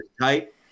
tight